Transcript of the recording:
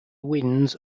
winds